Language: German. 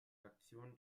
reaktion